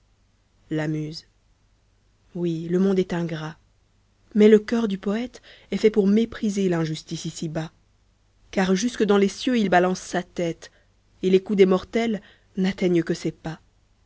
la muse oui le monde est ingrat mais le coeur du poète est fait pour mépriser l'injustice ici-bas car jusque dans les cieux il balance sa tête et les coups des mortels n'atteignent que ses pas